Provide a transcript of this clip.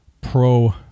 pro